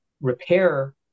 repair